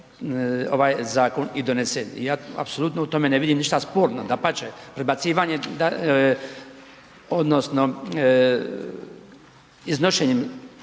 ovaj zakon i donesen. Ja apsolutno u tome ne vidim ništa sporno. Dapače, prebacivanje odnosno iznošenjem